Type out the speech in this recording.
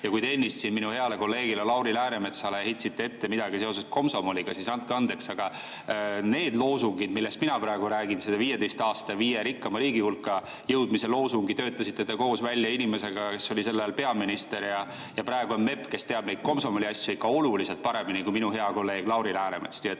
Ja enne te heitsite minu heale kolleegile Lauri Läänemetsale ette midagi seoses komsomoliga. Andke andeks, aga see loosung, millest mina praegu räägin – selle 15 aastaga viie rikkaima riigi hulka jõudmise loosungi töötasite te välja koos inimesega, kes oli sel ajal peaminister ja praegu on MEP, kes teab neid komsomoliasju ikka oluliselt paremini kui minu hea kolleeg Lauri Läänemets.